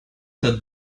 that